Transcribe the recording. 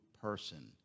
person